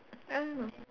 I don't know